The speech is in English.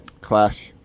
clash